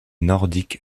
nordique